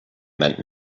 meant